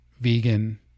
vegan